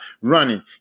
running